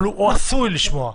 אבל הוא עשוי לשמוע.